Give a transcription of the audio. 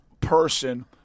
person